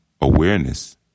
awareness